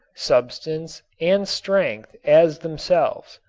substance and strength as themselves.